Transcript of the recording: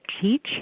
teach